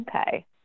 Okay